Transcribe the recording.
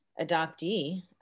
adoptee